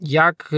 jak